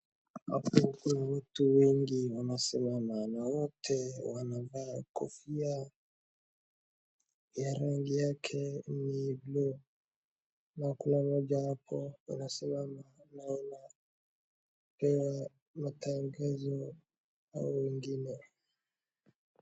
Hapo kuna watu wengi wanasimama na wote wanavaa kofia ya rangi yake ni buluu na kuna mmoja hapo anasimama anaona matangazo hao wengine.